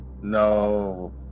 No